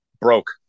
Broke